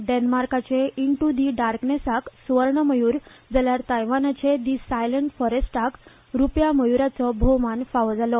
डॅनमार्काचे into the डार्कनॅसाक स्वर्ण मयूर जाल्यार तायवानचे दि सायलंट फॉरॅस्टाक रुप्या मयूराचो भोवमान फावो जालो